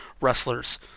wrestlers